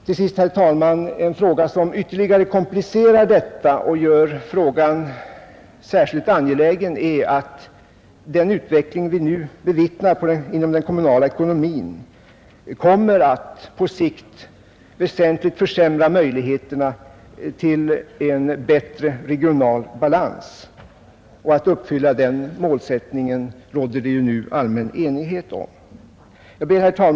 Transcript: En omständighet som ytterligare komplicerar detta och gör frågan särskilt angelägen är att den utveckling vi nu bevittnar inom den kommunala ekonomin kommer att på sikt väsentligt försämra möjligheterna att uppnå en bättre regional balans, en målsättning som det nu råder allmän enighet om. Herr talman!